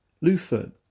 Luther